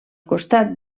costat